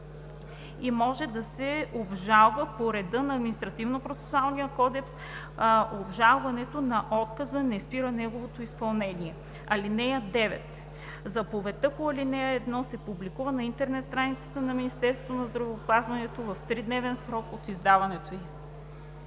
и може да се обжалва по реда на Административнопроцесуалния кодекс. Обжалването на отказа не спира неговото изпълнение. (9) Заповедта по ал. 1 се публикува на интернет страницата на Министерството на здравеопазването в тридневен срок от издаването ѝ.“